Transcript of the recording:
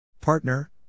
Partner